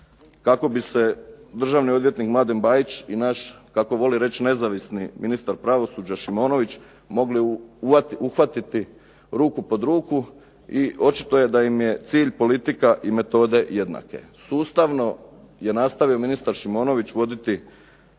kako bi se državni odvjetnik Mladen Bajić i naš, kako vole reći nezavisni ministar pravosuđa Šimonović mogli uhvatiti ruku pod ruku i očito je da im je cilj politika i metode jednake. Sustavno je nastavio ministar Šimonović voditi